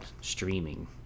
streaming